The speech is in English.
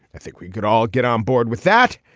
i think we could all get on board with that.